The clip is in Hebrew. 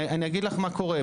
אני אגיד לך מה קורה.